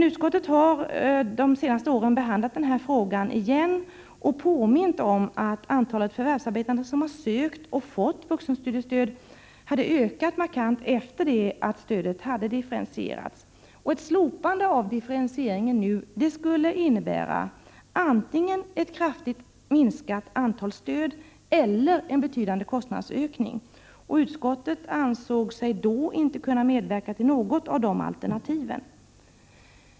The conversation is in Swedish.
Utskottet har under de senaste åren behandlat den här frågan och påmint om att antalet förvärvsarbetande som har sökt och fått vuxenstudiestöd har ökat markant efter det att stödet differentierades. Ett slopande av differentieringen skulle innebära antingen ett kraftigt minskat antal stöd eller en betydande kostnadsökning. Utskottet ansåg sig då inte kunna medverka till något av dessa alternativ.